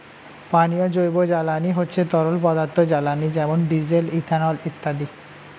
পানীয় জৈব জ্বালানি হচ্ছে তরল পদার্থ জ্বালানি যেমন ডিজেল, ইথানল ইত্যাদি